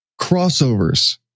crossovers